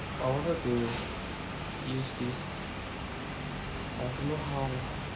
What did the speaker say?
I wanted to use this but I don't know how